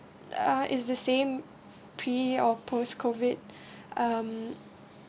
uh it's the same pre or post COVID um